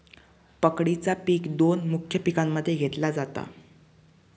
पकडीचा पिक दोन मुख्य पिकांमध्ये घेतला जाता